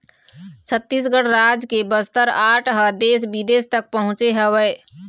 छत्तीसगढ़ राज के बस्तर आर्ट ह देश बिदेश तक पहुँचे हवय